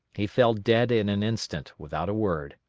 he fell dead in an instant, without a word.